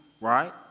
right